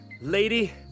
Lady